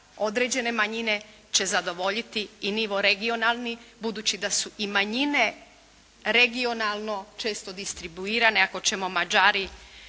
određene manjine će zadovoljiti i nivo regionalni, budući da su i manjine regionalno često distribuirano, ako ćemo Mađari